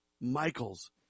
Michael's